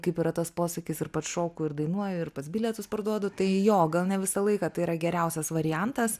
kaip yra tas posakis ir pats šoku ir dainuoju ir pats bilietus parduodu tai jo gal ne visą laiką tai yra geriausias variantas